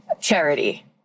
charity